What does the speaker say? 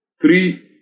Three